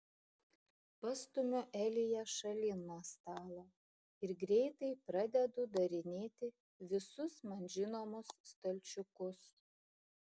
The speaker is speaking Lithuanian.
pastumiu eliją šalin nuo stalo ir greitai pradedu darinėti visus man žinomus stalčiukus